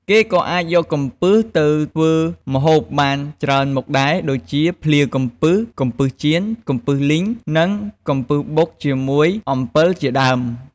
គេក៏អាចយកកំពឹសទៅធ្វើម្ហូបបានច្រើនមុខដែរ ដូចជា ភ្លាកំពឹស កំពឹសចៀន កំពឹសលីង និងកំពឹសបុកជាមួយអំពិលជាដើម។